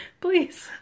please